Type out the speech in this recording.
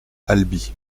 albi